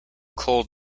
cold